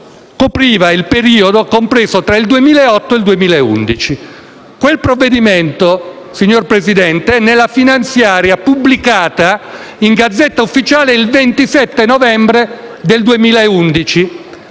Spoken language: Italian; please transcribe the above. che copriva il periodo compreso tra il 2008 e il 2011. Quel provvedimento, signor Presidente, è nella finanziaria pubblicata in *Gazzetta Ufficiale* il 27 novembre 2011.